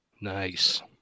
nice